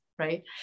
right